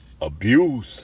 abuse